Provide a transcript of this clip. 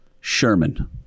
Sherman